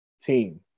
team